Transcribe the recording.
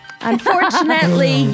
Unfortunately